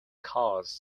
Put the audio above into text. caused